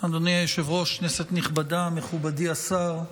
אדוני היושב-ראש, כנסת נכבדה, מכובדי השר,